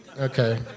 Okay